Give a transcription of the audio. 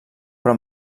però